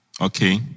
Okay